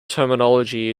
terminology